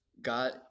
God